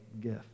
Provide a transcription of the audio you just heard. gift